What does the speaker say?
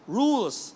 rules